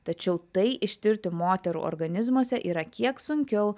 tačiau tai ištirti moterų organizmuose yra kiek sunkiau